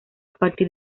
partir